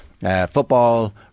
football